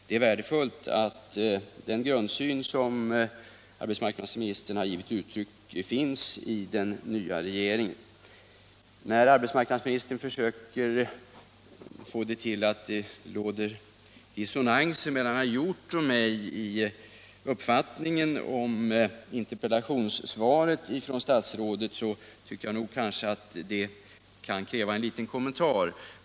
Det är värdefullt att den grundsyn som arbetsmarknadsministern givit uttryck för över huvud taget finns i den nya regeringen. När arbetsmarknadsministern försöker få det till att det råder någon dissonans mellan herr Hjorth och mig i våra uppfattningar om statsrådets interpellationssvar, tycker jag att det fordrar en liten kommentar.